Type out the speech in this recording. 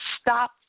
Stop